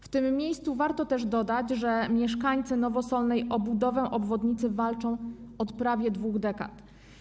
W tym miejscu warto też dodać, że mieszkańcy Nowosolnej o budowę obwodnicy walczą od prawie dwóch dekad.